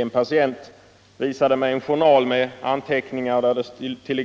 En patient visade mig en journal med anteckningar där det